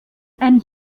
ein